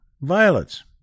violets